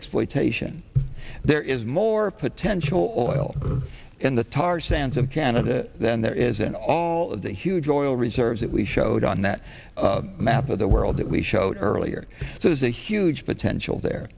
exploitation there is more potential in the tar sands of canada than there is in all the huge oil reserves that we showed on that map of the world that we showed earlier so there's a huge potential there